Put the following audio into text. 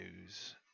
news